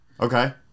Okay